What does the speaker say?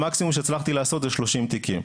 המקסימום שהצלחתי לעשות זה 30 תיקים.